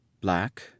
Black